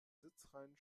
sitzreihen